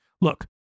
Look